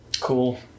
Cool